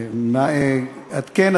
כן,